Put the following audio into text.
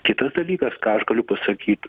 kitas dalykas ką aš galiu pasakyt